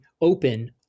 open